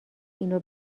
اینو